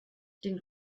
den